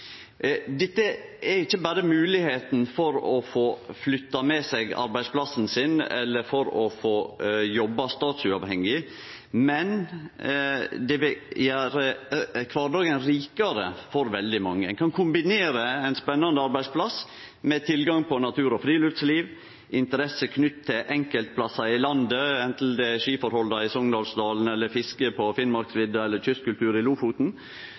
Dette er ikkje berre moglegheita for å få flytta med seg arbeidsplassen sin, eller for å få jobba stadsuavhengig, men det vil gjere kvardagen rikare for veldig mange. Ein kan kombinere ein spennande arbeidsplass med tilgang på natur og friluftsliv og interesser knytt til enkeltplassar i landet, anten det er skiforholda i Sogndalsdalen, fiske på Finnmarksvidda eller kystkultur i Lofoten.